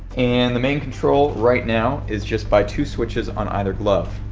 and the main control right now is just by two switches on either glove